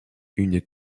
une